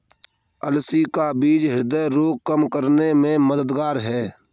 अलसी का बीज ह्रदय रोग कम करने में मददगार है